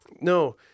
No